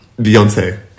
Beyonce